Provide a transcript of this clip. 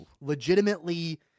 legitimately